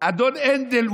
אדון הנדל.